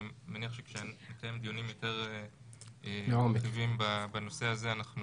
אני מניח שכשנקיים דיונים יותר מיטביים בנושא הזה,